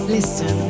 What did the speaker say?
Listen